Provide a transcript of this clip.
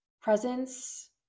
presence